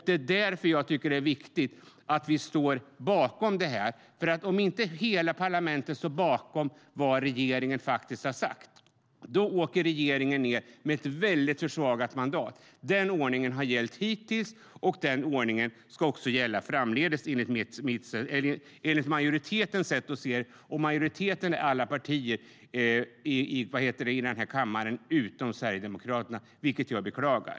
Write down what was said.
Det är därför jag tycker att det är viktigt att vi står bakom det här, för om inte hela parlamentet står bakom vad regeringen faktiskt har sagt åker regeringen ned med ett väldigt försvagat mandat. Den ordningen har gällt hittills; den ordningen ska också gälla framdeles, enligt majoritetens sätt att se det. Och majoriteten är alla partier i den här kammaren utom Sverigedemokraterna, vilket jag beklagar.